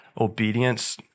obedience